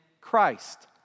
Christ